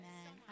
Amen